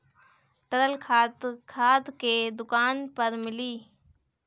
तरल खाद खाद के दुकान पर मिली